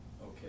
okay